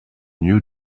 new